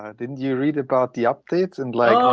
ah didn't you read about the updates and like,